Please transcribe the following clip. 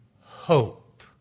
hope